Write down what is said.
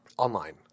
Online